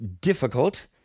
difficult